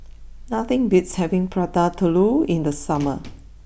nothing beats having Prata Telur in the summer